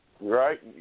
Right